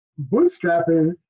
bootstrapping